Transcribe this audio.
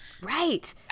Right